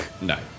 No